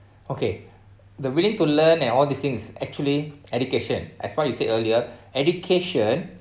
okay the willing to learn and all these thing is actually education as what as you said earlier education